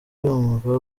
yumva